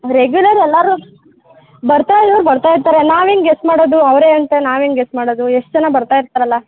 regular ಎಲ್ಲರು ಬರ್ತಾಯಿರೋರು ಬರ್ತಾ ಇರ್ತಾರೆ ನಾವು ಹೇಗ್ ಗೆಸ್ ಮಾಡೋದು ಅವ್ರೆ ಅಂತ ನಾವು ಹೇಗ್ ಗೆಸ್ ಮಾಡೋದು ಎಷ್ಟು ಜನ ಬರ್ತಾ ಇರ್ತಾರಲ್ಲ